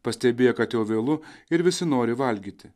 pastebėję kad jau vėlu ir visi nori valgyti